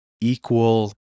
equal